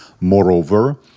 Moreover